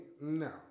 No